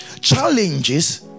Challenges